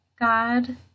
God